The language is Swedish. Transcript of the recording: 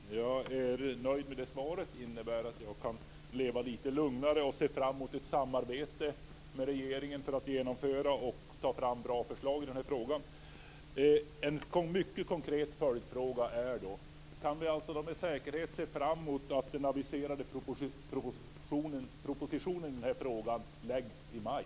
Fru talman! Jag är nöjd med svaret. Det innebär att jag kan leva lite lugnare och se fram emot ett samarbete med regeringen för att genomföra och ta fram bra förslag i den här frågan. En mycket konkret följdfråga: Kan vi alltså med säkerhet se fram emot att den aviserade propositionen i frågan läggs fram i maj?